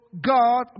God